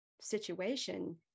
situation